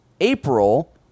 April